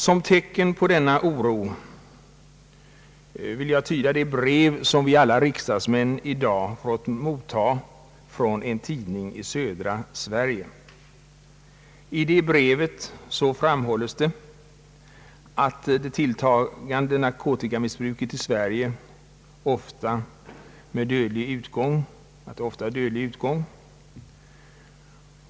Som tecken på denna oro vill jag tyda det brev som vi riksdagsmän i dag fått mottaga från en tidning i södra Sverige. I brevet framhålles bl.a. att det tilltagande narkotikamissbruket i vårt land ofta har dödlig utgång.